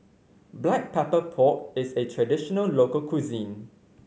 Black Pepper Pork is a traditional local cuisine